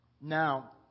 Now